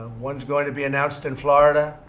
one is going to be announced in florida.